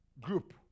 group